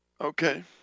Okay